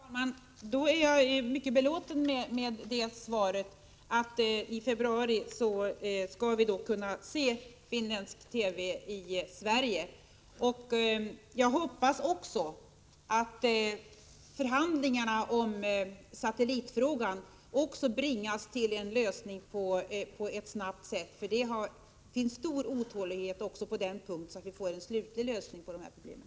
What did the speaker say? Herr talman! Då är jag mycket belåten med svaret. I februari skall vi alltså kunna se finländsk TV i Sverige. Jag hoppas att också satellitfrågan bringas till en snar lösning i de förhandlingar som pågår. Det finns en stor otålighet också på den punkten. Vi måste få en slutlig lösning på de här problemen.